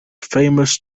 famous